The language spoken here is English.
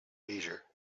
leisure